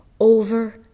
over